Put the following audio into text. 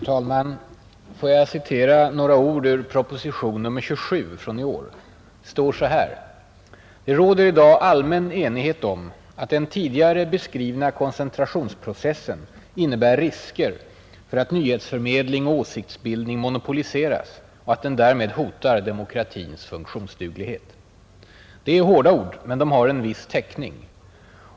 Herr talman! Får jag citera några ord ur proposition nr 27 från i år. Det står så här: ”Det råder i dag allmän enighet om att den tidigare beskrivna koncentrationsprocessen innebär risker för att nyhetsförmedling och åsiktsbildning monopoliseras och att den därmed hotar demokratins funktionsduglighet.” Det är hårda ord men de har en viss täckning.